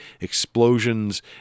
explosions